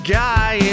guy